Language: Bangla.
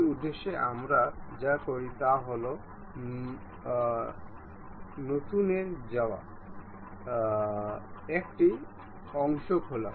সেই উদ্দেশ্যে আমরা যা করি তা হল নতুনে যাওয়া একটি অংশ খোলা